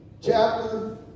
chapter